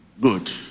Good